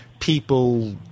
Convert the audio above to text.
people